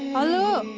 hello!